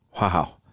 wow